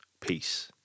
Peace